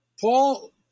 Paul